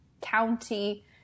county